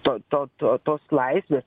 to to to tos laisvės